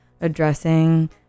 addressing